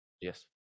Yes